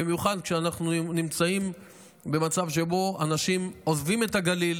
במיוחד כשאנחנו נמצאים במצב שבו אנשים עוזבים את הגליל